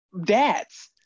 dads